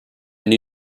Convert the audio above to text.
new